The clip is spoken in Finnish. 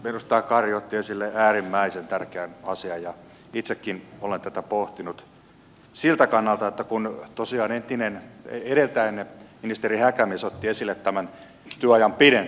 edustaja kari otti esille äärimmäisen tärkeän asian ja itsekin olen tätä pohtinut siltä kannalta kun tosiaan edeltäjänne ministeri häkämies otti esille tämän työajan pidentämisen